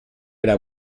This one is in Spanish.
era